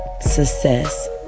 success